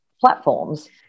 platforms